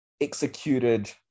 executed